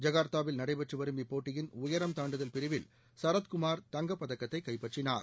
ஜெகர்த்தாவில் நடைபெற்றுவரும் இப்போட்டியின் உயரம் தாண்டுதல் பிரிவில் சரத்குமார் தங்கப்பதக்கத்தை கைப்பற்றினார்